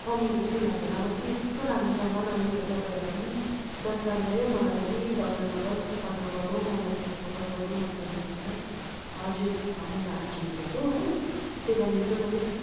कमी जस्तो लाग्यो नभए चाहिँ यस्तो राम्रो सामान अब यो तपाईँहरूलाई पनि नोक्सान भयो मलाई पनि डबल डबल अर्डर गर्नु मलाई यसरी खबर गर्नु मन पर्ने थिएन हजुर ह मैले आज हेरेको हो त्यही कारण यो चाहिँ म चाहिँ